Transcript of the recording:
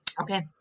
Okay